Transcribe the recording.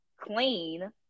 clean